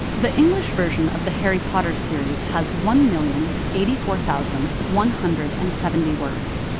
the english version of the harry potter series has one million eighty four thousand one hundred and seventy words,